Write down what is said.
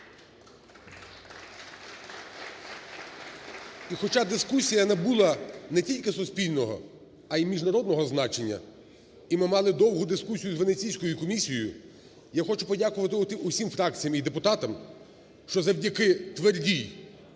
І хоча дискусія набула не тільки суспільного, а і міжнародного значення, і ми мали довгу дискусію з Венеційською комісією, я хочу подякувати усім фракціям і депутатам, що завдяки твердій,